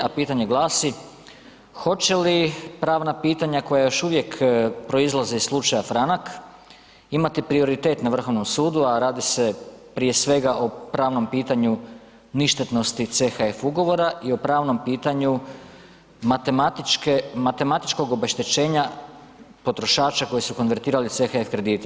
A pitanje glasi, hoće li pravna pitanja koja još uvijek proizlaze iz slučaja Franak imati prioritet na Vrhovnom sudu, a radi se prije svega o pravnom pitanju ništetnosti CHF ugovora i o pravnom pitanju matematičkog obeštećenja potrošača koji su konvertirali CHF kredite?